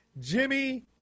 Jimmy